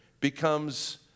becomes